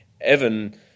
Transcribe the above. Evan